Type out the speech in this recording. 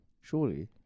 Surely